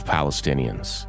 Palestinians